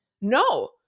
No